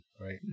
right